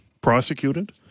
prosecuted